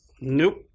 Nope